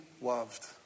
loved